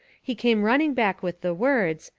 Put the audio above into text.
he came running back with the words,